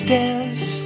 dance